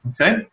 Okay